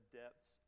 depths